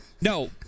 No